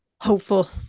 hopeful